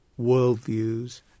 worldviews